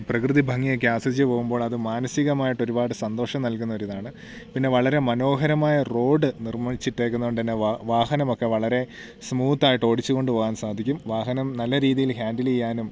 പ്രകൃതിഭംഗി ഒക്കെ ആസ്വദിച്ച് പോകുമ്പോൾ അത് മാനസികമായിട്ട് ഒരുപാട് സന്തോഷം നൽകുന്ന ഒരിതാണ് പിന്നെ വളരെ മനോഹരമായ റോഡ് നിർമ്മിച്ചിട്ടിരിക്കുന്നതുകൊണ്ട് തന്നെ വാഹനമൊക്കെ വളരെ സ്മൂത്തായിട്ട് ഓടിച്ചു കൊണ്ടുപോവാൻ സാധിക്കും വാഹനം നല്ല രീതിയിൽ ഹാൻഡിൽ ചെയ്യാനും